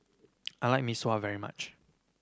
I like Mee Sua very much